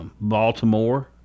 Baltimore